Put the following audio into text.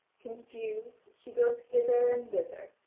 confused, she goes hither and thither,